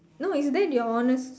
no is that your honest